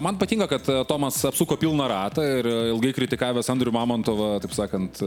man patinka kad tomas apsuko pilną ratą ir ilgai kritikavęs andrių mamontovą taip sakant